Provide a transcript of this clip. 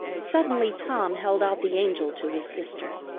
suddenly tom held out the angel to his sister.